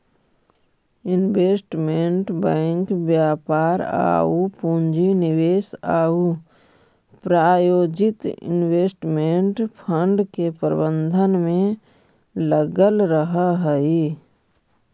investment bank व्यापार आउ पूंजी निवेश आउ प्रायोजित इन्वेस्टमेंट फंड के प्रबंधन में लगल रहऽ हइ